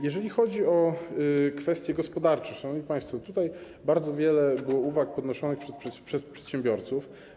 Jeżeli chodzi o kwestie gospodarcze, szanowni państwo, bardzo wiele było uwag podnoszonych przez przedsiębiorców.